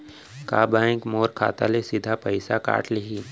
का बैंक मोर खाता ले सीधा पइसा काट लिही?